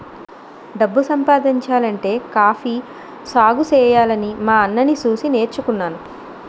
డబ్బు సంపాదించాలంటే కాఫీ సాగుసెయ్యాలని మా అన్నని సూసి నేర్చుకున్నాను